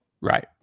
right